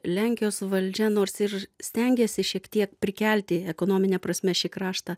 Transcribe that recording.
lenkijos valdžia nors ir stengėsi šiek tiek prikelti ekonomine prasme šį kraštą